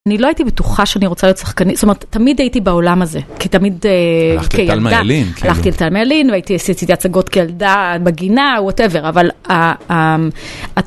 אני לא הייתי בטוחה שאני רוצה להיות שחקנית, זאת אומרת, תמיד הייתי בעולם הזה, כי תמיד כילדה. הלכתי לתלמה-ילין. הלכתי לתמלה-ילין והייתי, עשיתי הצגות כילדה, בגינה, וואטאבר. אבל...